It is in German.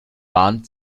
warnt